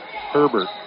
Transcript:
Herbert